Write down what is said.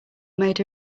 made